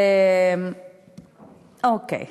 אוקיי.